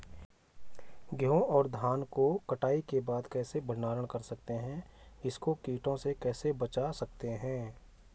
गेहूँ और धान को कटाई के बाद कैसे भंडारण कर सकते हैं इसको कीटों से कैसे बचा सकते हैं?